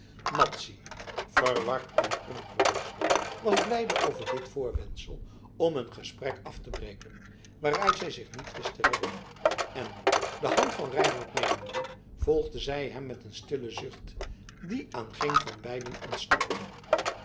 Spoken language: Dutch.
madzy verward en ongerust was blijde over dit voorwendsel om een gesprek af te breken waaruit zij zich niet wist te redden en de hand van reinout nemende volgde zij hem met een stillen zucht die aan geen van beiden ontsnapte